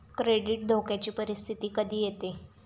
credit धोक्याची परिस्थिती कधी येते